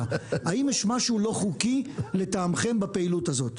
האם יש משהו לא חוקי לטעמכם בפעילות הזאת?